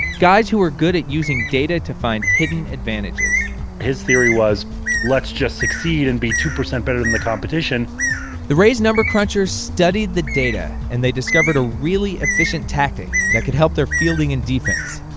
guys who are good at using data to find hidden advantages his theory was let's just succeed and be two percent better than the competition the ray's number crunchers studied the data and they discovered a really efficient tactic that could help their fielding and defense.